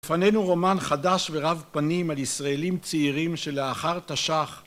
לפנינו רומן חדש ורב פנים על ישראלים צעירים שלאחר תש"ח